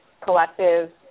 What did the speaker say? Collective